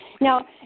Now